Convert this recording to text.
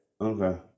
Okay